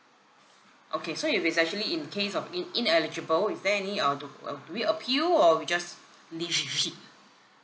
okay so if it's actually in the case of in~ ineligible is there any uh do uh do we appeal or we just live with it